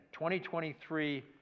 2023